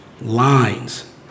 lines